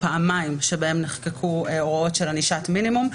פעמיים שבהן נחקקו הוראות של ענישת מינימום.